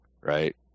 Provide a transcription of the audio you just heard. Right